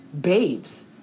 babes